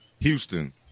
Houston